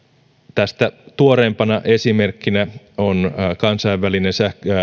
tästä tuoreimpana esimerkkinä on kansainvälinen